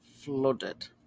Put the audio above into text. Flooded